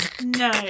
No